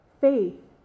faith